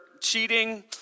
cheating